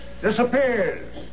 disappears